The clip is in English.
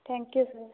thank you sir